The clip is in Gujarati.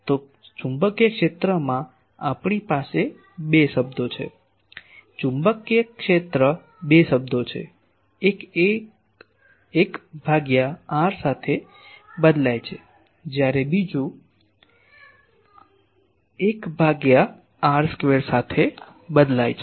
તો ચુંબકીય ક્ષેત્રમાં આપણી પાસે બે ઘટકો છે ચુંબકીય ક્ષેત્ર બે ઘટકો છે એક એ એક ભાગ્યા r સાથે બદલાય છે જયારે બીજું એક ભાગ્યા r સ્ક્વેર સાથે બદલાય છે